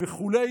וכו'.